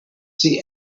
see